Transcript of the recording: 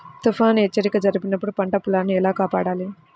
తుఫాను హెచ్చరిక జరిపినప్పుడు పంట పొలాన్ని ఎలా కాపాడాలి?